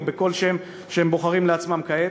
או בכל שם שהם בוחרים לעצמם כעת,